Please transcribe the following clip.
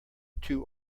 too